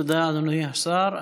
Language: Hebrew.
תודה, אדוני השר.